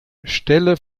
stelle